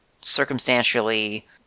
circumstantially